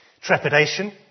trepidation